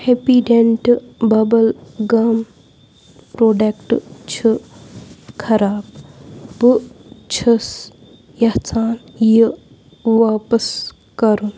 ہؠپیٖڈٮ۪نٛٹہٕ bubble gum product چھِ خراب بہٕ چھُس یژھان یہِ واپس کرُن